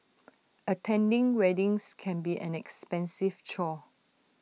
attending weddings can be an expensive chore